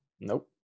Nope